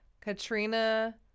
Katrina